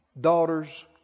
daughters